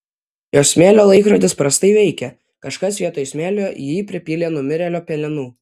jos smėlio laikrodis prastai veikia kažkas vietoj smėlio į jį pripylė numirėlio pelenų